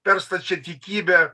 per stačiatikybę